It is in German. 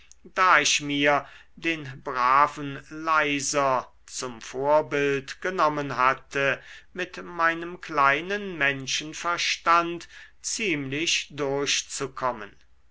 da ich mir den braven leyser zum vorbild genommen hatte mit meinem kleinen menschenverstand ziemlich durchzukommen